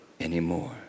anymore